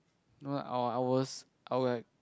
no I'll ours I will like